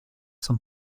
sont